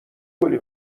گلی